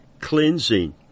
cleansing